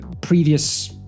previous